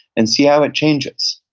and see how it changes,